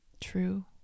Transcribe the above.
true